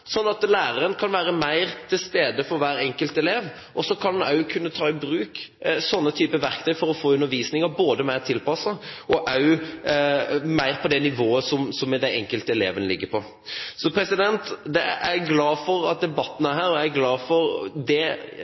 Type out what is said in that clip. at læreren kan være mer til stede for hver enkelt elev, og en kan også ta i bruk slike typer verktøy for å få undervisningen mer tilpasset og mer på det nivået som den enkelte eleven ligger på. Jeg er glad for at debatten er her, og jeg er glad for det